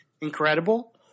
incredible